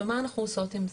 מה אנחנו עושות עם זה?